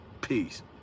peace